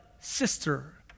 sister